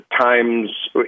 times